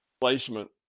placement